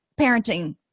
parenting